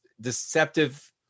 deceptive